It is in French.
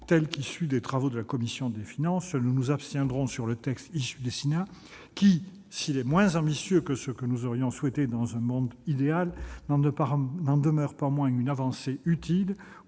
tel qu'issu des travaux de la commission des finances, nous nous abstiendrons sur la rédaction issue des travaux du Sénat : s'il est moins ambitieux que ce que nous aurions souhaité dans un monde idéal, ce texte n'en demeure pas moins une avancée utile,